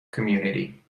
community